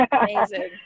Amazing